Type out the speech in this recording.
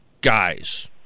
guys